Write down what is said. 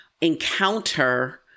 encounter